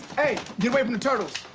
hey, get away from the turtles.